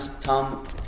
Tom